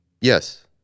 Yes